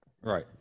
Right